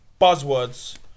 buzzwords